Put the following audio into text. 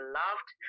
loved